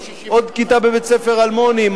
עוד כיתה בבית-ספר אלמוני,